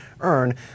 earn